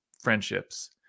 friendships